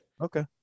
Okay